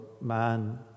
man